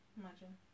imagine